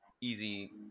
easy